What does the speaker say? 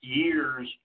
years